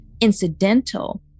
incidental